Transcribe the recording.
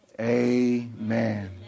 Amen